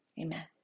amen